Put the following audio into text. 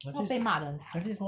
我被骂的很惨